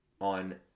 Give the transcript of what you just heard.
on